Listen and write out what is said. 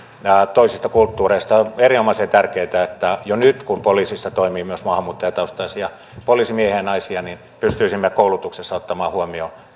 toisista kulttuureista on erinomaisen tärkeätä että jo nyt kun poliisissa toimii myös maahanmuuttajataustaisia poliisimiehiä ja naisia pystyisimme koulutuksessa ottamaan huomioon